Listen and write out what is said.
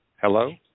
Hello